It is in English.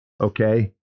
Okay